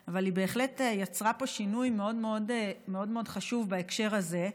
אבל היא בהחלט יצרה פה שינוי מאוד מאוד חשוב בהקשר הזה.